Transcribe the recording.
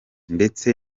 ndetse